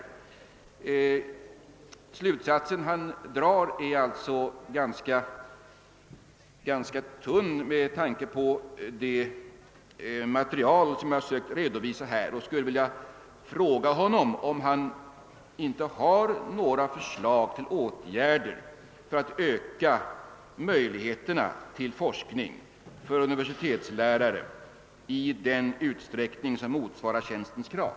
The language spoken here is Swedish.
Den slutsats han drar är alltså ganska tunn med tanke på det material jag sökt redovisa här. Jag skulle vilja fråga om statsrådet har något förslag till åtgärder för att öka möjligheterna till forskning för universitetslärare i den utsträckning som motsvarar tjänstens krav.